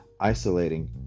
isolating